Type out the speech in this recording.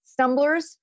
stumblers